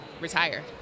retire